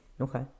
okay